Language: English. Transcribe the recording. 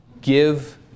give